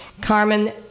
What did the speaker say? Carmen